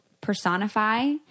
personify